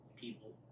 people